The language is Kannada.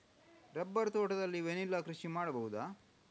ರಬ್ಬರ್ ತೋಟದಲ್ಲಿ ವೆನಿಲ್ಲಾ ಕೃಷಿ ಮಾಡಬಹುದಾ?